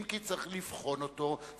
אם כי צריך לבחון אותו,